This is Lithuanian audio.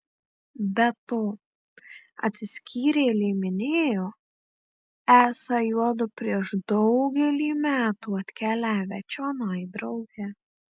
be to atsiskyrėlė minėjo esą juodu prieš daugelį metų atkeliavę čionai drauge